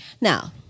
now